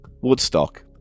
Woodstock